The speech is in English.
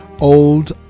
Old